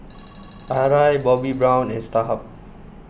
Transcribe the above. Arai Bobbi Brown and Starhub